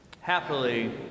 Happily